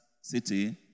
city